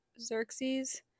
Xerxes